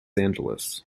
angeles